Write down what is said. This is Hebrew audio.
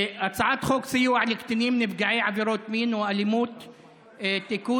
הצעת חוק סיוע לקטינים נפגעי עבירות מין או אלימות (תיקון,